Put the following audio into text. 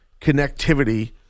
connectivity